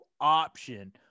Option